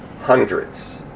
Hundreds